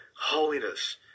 holiness